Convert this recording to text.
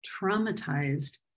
traumatized